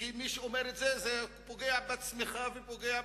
כי מי שאומר את זה, זה פוגע בצמיחה ובהון.